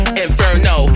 inferno